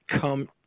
come